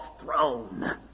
throne